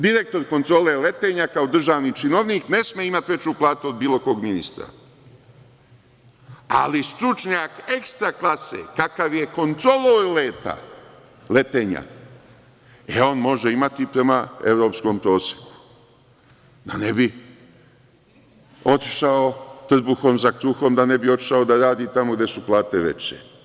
Direktor Kontrole letenja kao državni činovnik ne sme imati veću platu od bilo kog ministra, ali stručnjak ekstra klase, kakav je kontrolor letenja može imati prema evropskom proseku, da ne bi otišao trbuhom za kruhom, da ne bi otišao da radi tamo gde su plate veće.